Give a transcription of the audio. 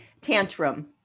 tantrum